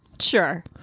Sure